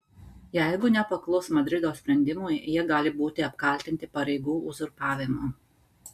jeigu nepaklus madrido sprendimui jie gali būti apkaltinti pareigų uzurpavimu